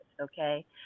Okay